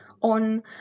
on